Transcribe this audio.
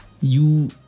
You-